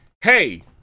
hey